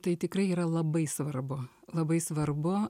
tai tikrai yra labai svarbu labai svarbu